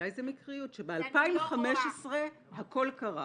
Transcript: אולי זו מקריות שב-2015 הכול קרה.